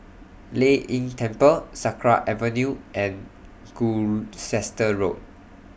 Lei Yin Temple Sakra Avenue and Gloucester Road